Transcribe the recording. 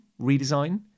redesign